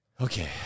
Okay